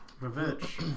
Revenge